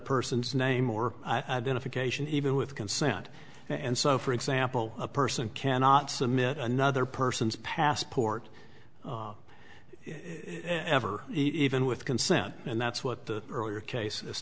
person's name or benefit cation even with consent and so for example a person cannot submit another person's passport ever even with consent and that's what the earlier case